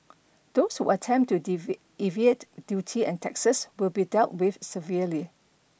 those who attempt to evade duty and taxes will be dealt with severely